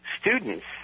students